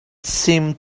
seemed